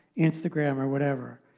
instagram, or whatever,